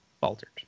faltered